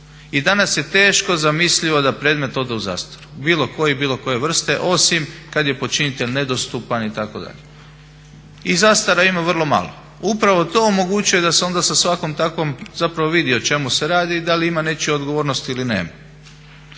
i danas je teško zamislivo da predmet ode u zastaru bilo koji, bilo koje vrste osim kada je počinitelj nedostupan itd. i zastara ima vrlo malo. upravo to omogućuje da se onda sa svakom takvom vidi o čemu se radi i da li ima nečije odgovornosti ili nema.